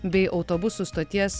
bei autobusų stoties